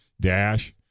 dash